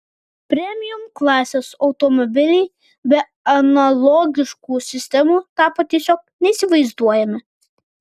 premium klasės automobiliai be analogiškų sistemų tapo tiesiog neįsivaizduojami